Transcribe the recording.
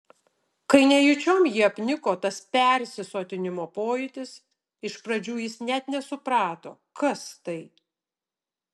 kai nejučiom jį apniko tas persisotinimo pojūtis iš pradžių jis net nesuprato kas tai